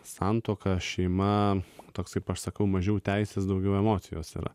santuoka šeima toksai pasakau mažiau teisės daugiau emocijos yra